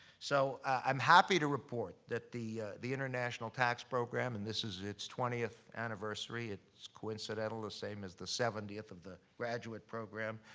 so i'm happy to report that the the international tax program, and this is its twentieth anniversary, it's coincidental the same as the seventieth of the graduate program,